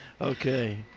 okay